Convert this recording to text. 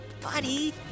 buddy